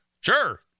sure